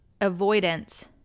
avoidance